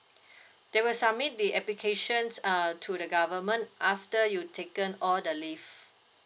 they will submit the applications uh to the government after you taken all the leave